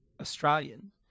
Australian